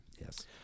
Yes